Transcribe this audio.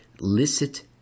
licit